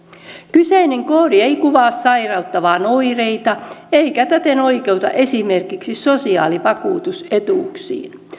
kyseinen koodi ei kuvaa sairautta vaan oireita eikä täten oikeuta esimerkiksi sosiaalivakuutusetuuksiin